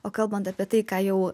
o kalbant apie tai ką jau